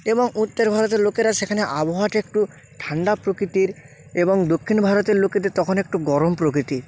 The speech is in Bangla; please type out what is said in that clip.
এবং উত্তর ভারতের লোকেরা সেখানে আবহাওয়াটা একটু ঠান্ডা প্রকিতির এবং দক্ষিণ ভারতের লোকেদের তখন একটু গরম প্রকৃতির